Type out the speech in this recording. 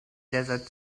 desert